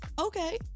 Okay